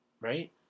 right